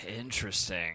Interesting